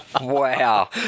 wow